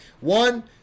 One